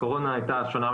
הקורונה הייתה אז שונה,